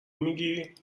میگی